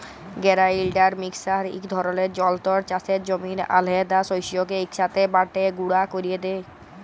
grinder mixer ইক ধরলের যল্তর চাষের জমির আলহেদা শস্যকে ইকসাথে বাঁটে গুঁড়া ক্যরে দেই